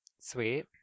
Sweet